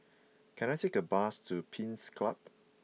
can I take a bus to Pines Club